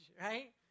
right